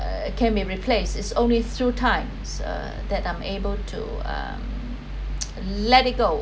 uh can be replaced is only through times uh that I'm able to uh let it go